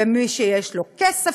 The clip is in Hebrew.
ומי שיש לו כסף,